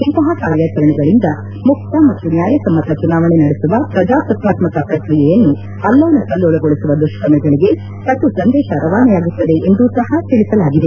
ಇಂತಹ ಕಾರ್ಯಾಚರಣೆಗಳಿಂದ ಮುಕ್ತ ಮತ್ತು ನ್ನಾಯಸಮ್ನತ ಚುನಾವಣೆ ನಡೆಸುವ ಪ್ರಜಾಸತ್ತಾತ್ಮಕ ಪ್ರಕ್ರಿಯೆಯನ್ನು ಅಲ್ಲೋಲ ಕಲ್ಲೋಲಗೊಳಿಸುವ ದುಷ್ಕರ್ಮಿಗಳಿಗೆ ಕಟು ಸಂದೇಶ ರವಾನೆಯಾಗುತ್ತದೆ ಎಂದೂ ಸಹ ತಿಳಿಸಲಾಗಿದೆ